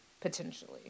potentially